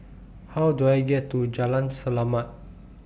How Do I get to Jalan Selamat